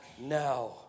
now